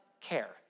care